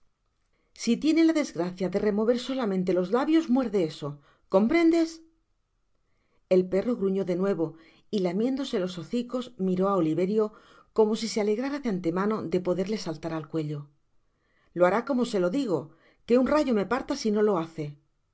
si tiene la desgracia de remover solamente los labios muerde eso comprendes el perro gruñó de nuevo y lamiéndose los hocicos miró á oliverio como si se alegrara de antemano de poderle saltar al cuello lo hará como se lo digo que un rayo me parta si no lo hace